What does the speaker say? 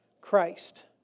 Christ